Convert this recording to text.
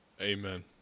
Amen